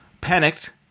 Panicked